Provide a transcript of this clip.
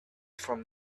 from